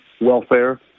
welfare